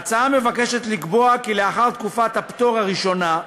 ההצעה מבקשת לקבוע כי לאחר תקופת הפטור הראשונה,